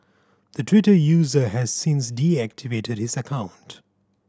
the Twitter user has since deactivated his account